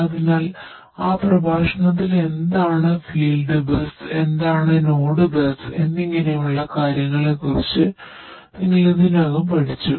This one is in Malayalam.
അതിനാൽ ആ പ്രഭാഷണത്തിൽ എന്താണ് ഫീൽഡ് ബസ് എന്താണ് നോഡ് ബസ് എന്നിങ്ങനെയുള്ള കാര്യങ്ങളെക്കുറിച്ച് നിങ്ങൾ ഇതിനകം പഠിച്ചു